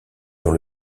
dans